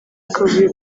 akavuyo